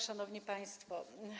Szanowni Państwo!